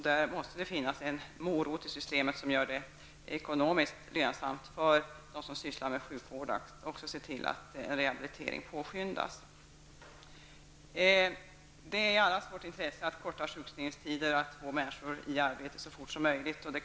Det måste finnas en morot i systemet som gör det ekonomiskt lönsamt för dem som sysslar med sjukvård att också ser till att rehabilitering påskyndas. Det är i allas vårt intresse att förkorta sjukskrivningstiderna och att få människor att återgå till arbetet så fort som möjligt.